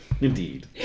Indeed